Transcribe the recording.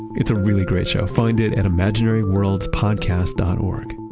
it's a really great show find it at imaginary worlds podcast dot org